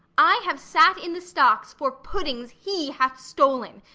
i have sat in the stock for puddings he hath stol'n,